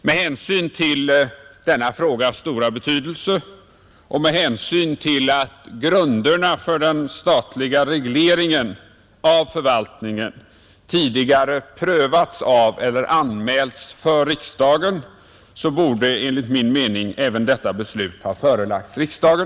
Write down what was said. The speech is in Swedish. Med hänsyn till denna frågas stora betydelse och med hänsyn till att grunderna för den statliga regleringen av förvaltningen tidigare prövats av eller anmälts för riksdagen borde enligt min uppfattning även detta beslut ha förelagts riksdagen.